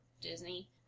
Disney